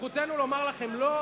וזכותנו לומר לכם לא,